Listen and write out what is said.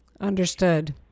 Understood